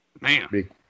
Man